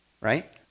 right